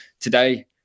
Today